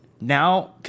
now –